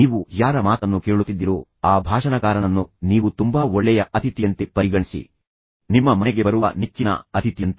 ನೀವು ಯಾರ ಮಾತನ್ನು ಕೇಳುತ್ತಿದ್ದೀರೋ ಆ ಭಾಷಣಕಾರನನ್ನು ನೀವು ತುಂಬಾ ಒಳ್ಳೆಯ ಅಥಿತಿಯಂತೆ ಪರಿಗಣಿಸಿ ನಿಮ್ಮ ಮನೆಗೆ ಬರುವ ನೆಚ್ಚಿನ ಅಥಿತಿಯಂತೆ